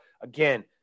Again